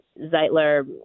Zeitler